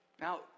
Now